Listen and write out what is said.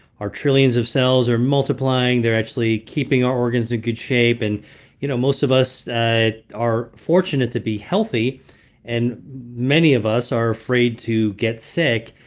our trillions of cells are multiplying. they're actually keeping our organs in good shape. and you know most of us ah are fortunate to be healthy and many of us are afraid to get sick.